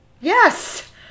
Yes